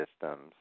systems